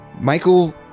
Michael